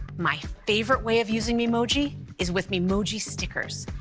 my favorite way of using memoji is with memoji stickers.